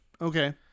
okay